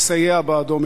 לסייע בעדו,